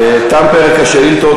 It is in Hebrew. תם פרק השאילתות.